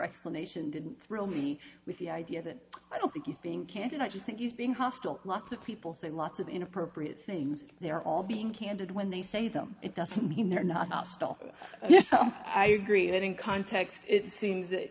explanation didn't thrill me with the idea that i don't think he's being candid i just think he's been hostile lots of people saying lots of inappropriate things they're all being candid when they say them it doesn't mean they're not i agree that in context it seems that